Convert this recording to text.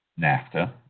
NAFTA